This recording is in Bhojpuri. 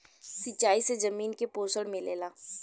सिंचाई से जमीन के पोषण मिलेला